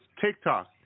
TikTok